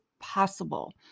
possible